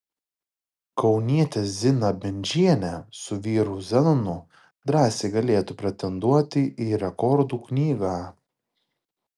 kaunietė zina bendžienė su vyru zenonu drąsiai galėtų pretenduoti į rekordų knygą